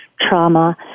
trauma